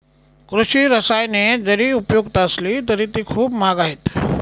कृषी रसायने जरी उपयुक्त असली तरी ती खूप महाग आहेत